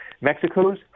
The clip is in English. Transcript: Mexico's